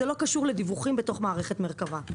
זה לא קשור לדיווחים בתוך מערכת מרכב"ה.